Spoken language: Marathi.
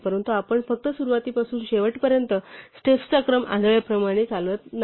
परंतु आपण फक्त सुरुवातीपासून शेवटपर्यंत स्टेप्सचा क्रम आंधळेपणाने चालवत नाही